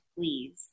please